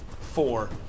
four